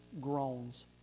groans